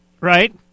Right